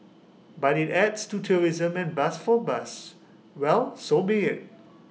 but IT adds to tourism and buzz for buzz well so be IT